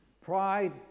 pride